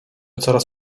coraz